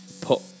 put